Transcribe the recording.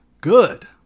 good